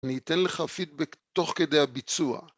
אני אתן לך פידבק תוך כדי הביצוע.